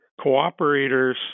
cooperators